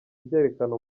ryerekana